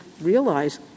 realize